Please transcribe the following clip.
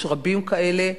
יש רבים כאלה,